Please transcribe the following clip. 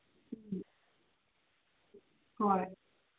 ꯍꯣꯏ